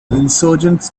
insurgents